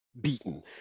beaten